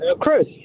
Chris